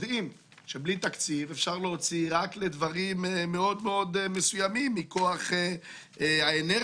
יודעים שבלי תקציב אפשר להוציא רק לדברים מאוד מסוימים מכוח האינרציה,